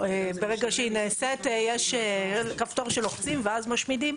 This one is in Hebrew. וברגע שהיא נעשית יש כפתור שלוחצים ואז משמידים.